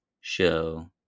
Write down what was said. show